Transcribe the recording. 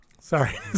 Sorry